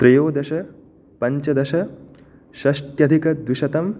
त्रयोदश पञ्चदश षष्ट्यधिकद्विशतम्